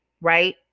right